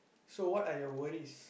so what are your worries